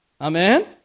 Amen